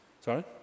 Sorry